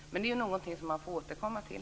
Men det är någonting man får återkomma till.